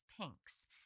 Pink's